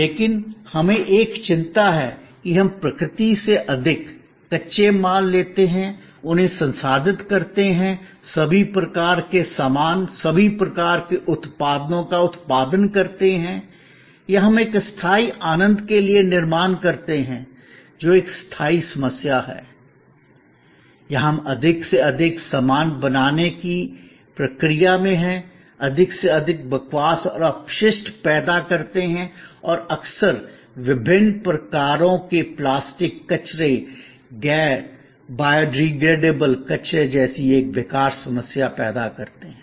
लेकिन अब हमें एक चिंता है कि हम प्रकृति से अधिक कच्चे माल लेते हैं उन्हें संसाधित करते हैं सभी प्रकार के सामान सभी प्रकार के उत्पादों का उत्पादन करते हैं या हम एक अस्थायी आनंद के लिए निर्माण करते हैं जो एक स्थायी समस्या हैं या हम अधिक से अधिक सामान बनाने की प्रक्रिया में हैं अधिक से अधिक बकवास और अपशिष्ट पैदा करते हैं और अक्सर विभिन्न प्रकार के प्लास्टिक कचरे गैर बायोडिग्रेडेबल कचरे जैसी एक बेकार समस्या पैदा करते है